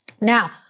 Now